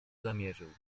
zamierzył